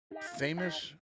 famous